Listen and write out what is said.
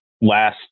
last